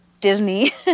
Disney